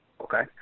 Okay